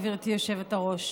גברתי היושבת-ראש.